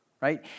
Right